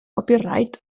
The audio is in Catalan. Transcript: copyright